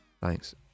Thanks